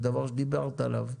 זה דבר שדיברת עליו.